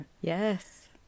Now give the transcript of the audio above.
Yes